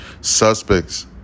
Suspects